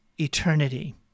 eternity